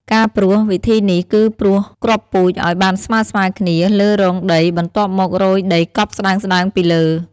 ការព្រោះ វិធីនេះគឺព្រោះគ្រាប់ពូជឱ្យបានស្មើៗគ្នាលើរងដី បន្ទាប់មករោយដីកប់ស្ដើងៗពីលើ។